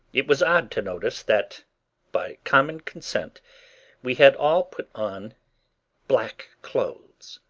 it was odd to notice that by common consent we had all put on black clothes.